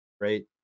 right